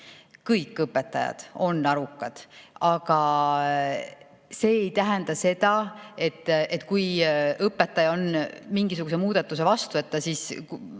Kõik õpetajad on arukad, aga see ei tähenda seda, et kui õpetaja on mingisuguse muudatuse vastu, siis